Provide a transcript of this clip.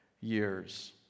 years